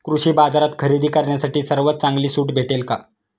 कृषी बाजारात खरेदी करण्यासाठी सर्वात चांगली सूट भेटेल का?